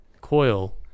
coil